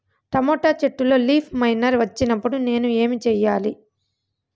Tomato చెట్టులో leaf miner వచ్చినప్పుడు నేను ఏమి చెయ్యాలి?